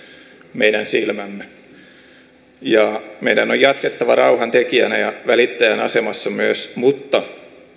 meidän silmämme meidän on jatkettava rauhantekijän ja ja välittäjän asemassa mutta